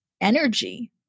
energy